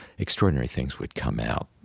extraordinary things would come out.